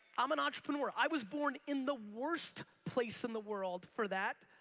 i'm an entrepreneur. i was born in the worst place in the world for that,